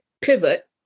pivot